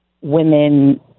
women